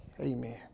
amen